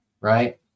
right